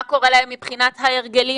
מה קורה להם מבחינת ההרגלים